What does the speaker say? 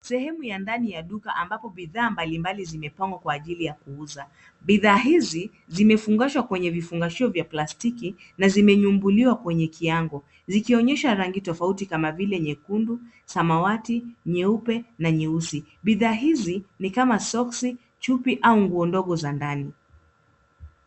Sehemu ya ndani ya duka ambapo bidhaa mbalimbali zimepangwa kwa ajili ya kuuza. Bidhaa hizi zimefungashwa kwenye vifungashio vya plastiki na vimenyumbuliwa kwenye kiango, vikionyesha rangi tofauti kama vile, nyekundu, samawati, nyeupe, na nyeusi. Bidhaa hizi ni kama soksi, chupi, au nguo ndogo za ndani.